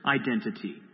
identity